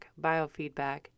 biofeedback